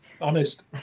Honest